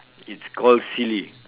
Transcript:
it's called silly